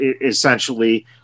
essentially